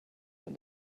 when